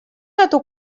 эту